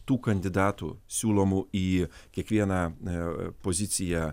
tų kandidatų siūlomų į kiekvieną poziciją